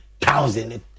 thousand